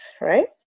right